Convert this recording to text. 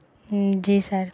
ہوں جی سر